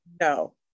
no